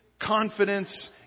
confidence